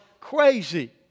crazy